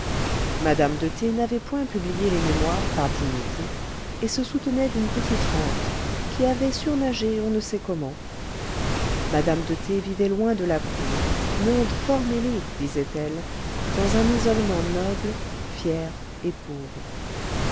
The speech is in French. madame de t n'avait point publié les mémoires par dignité et se soutenait d'une petite rente qui avait surnagé on ne sait comment madame de t vivait loin de la cour monde fort mêlé disait-elle dans un isolement noble fier et pauvre